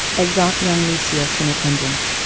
exeunt young lucius and attendant